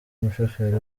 umushoferi